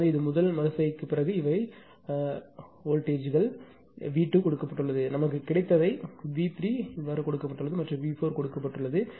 எனவே முதல் மறு செய்கைக்குப் பிறகு இவை வோல்டேஜ்ங்கள் வி 2 கொடுக்கப்பட்டுள்ளது நமக்கு கிடைத்ததை வி 3 கொடுக்கப்பட்டுள்ளது மற்றும் வி 4 கொடுக்கப்பட்டுள்ளது